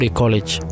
college